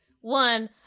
one